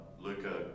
Luca